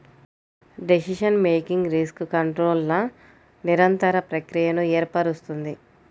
decision making risk కంట్రోల్ల నిరంతర ప్రక్రియను ఏర్పరుస్తుంది